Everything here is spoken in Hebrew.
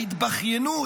ההתבכיינות,